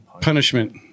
punishment